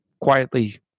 quietly